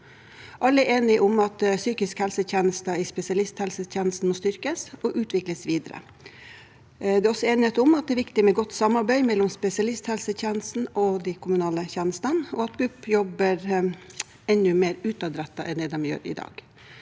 Alle er enige om at de psykiske helsetjenestene i spesialisthelsetjenesten må styrkes og utvikles videre. Det er også enighet om at det er viktig med et godt samarbeid mellom spesialisthelsetjenesten og de kommunale tjenestene, og at Barne- og ungdomspsykiatrisk